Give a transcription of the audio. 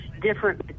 different